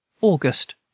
august